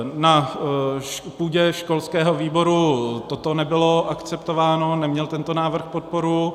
Na půdě školského výboru toto nebylo akceptováno, neměl tento návrh podporu.